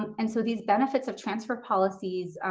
and so these benefits of transfer policies,